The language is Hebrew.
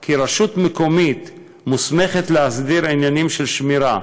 כי רשות מקומית מוסמכת להסדיר עניינים של שמירה,